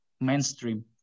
mainstream